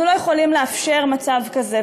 אנחנו לא יכולים לאפשר מצב כזה,